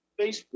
Facebook